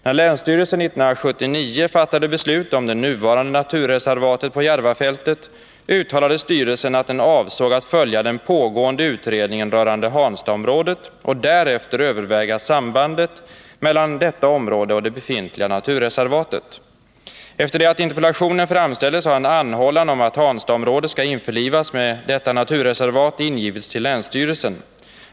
När länsstyrelsen år 1979 fattade beslut om det nuvarande naturreservatet på Järvafältet, uttalade styrelsen att den avsåg att följa den pågående utredningen rörande Hanstaområdet och att därefter överväga sambandet mellan detta område och det befintliga naturreservatet. Efter det att interpellationen framställdes har en anhållan om att Hanstaområdet skall införlivas med detta naturreservat ingivits till länsstyrelsen.